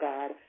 God